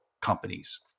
companies